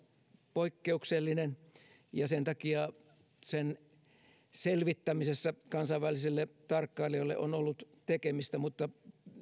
poikkeuksellinen ja sen takia sen selvittämisessä kansainvälisille tarkkailijoille on ollut tekemistä mutta